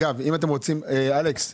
אלכס,